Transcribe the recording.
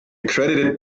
accredited